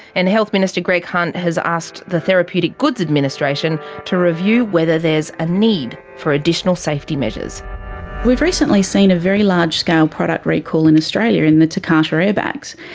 and health minister greg hunt has asked the therapeutic goods administration to review whether there's a need for additional safety measures. so we've recently seen a very large scale product recall in australia in the takata airbags.